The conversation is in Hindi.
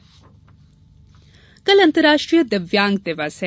विश्व दिव्यांग दिवस कल अंतर्राष्ट्रीय दिव्यांग दिवस है